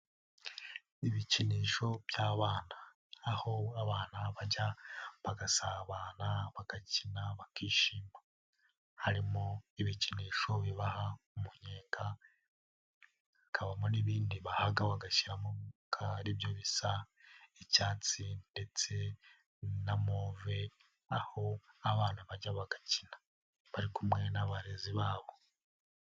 Ibikinisho by'abana, aho abana bajya bagasabana, bagakina, bakishima, harimo ibikinisho bibaha umunyenga, hakabamo n'ibindi bahaga bagashyiramo umwuka, ari byo bisa icyatsi ndetse na move, aho abana bajya bagakina, bari kumwe n'abarezi babo.